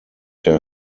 der